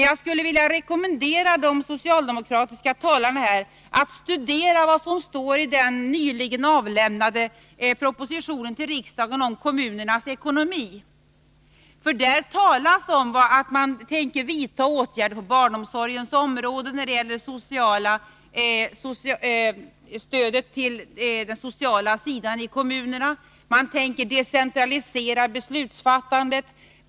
Jag skulle vilja rekommendera de socialdemokratiska talarna att studera vad som står i den nyligen avlämnade propositionen till riksdagen om kommunernas ekonomi, för där talas om att man tänker vidta åtgärder på barnomsorgens område och när det gäller stödet till den sociala sidan i kommunerna samt att man tänker decentralisera beslutsfattandet.